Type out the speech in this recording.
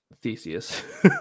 Theseus